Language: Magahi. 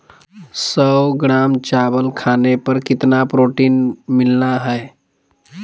सौ ग्राम चावल खाने पर कितना प्रोटीन मिलना हैय?